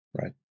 Right